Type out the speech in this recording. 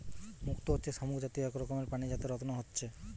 মুক্ত হচ্ছে শামুক জাতীয় এক রকমের প্রাণী যাতে রত্ন হচ্ছে